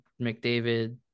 McDavid